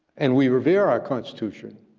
and we revere our constitution,